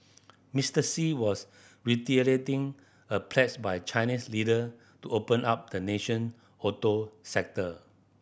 Mister Xi was reiterating a pledge by Chinese leader to open up the nation auto sector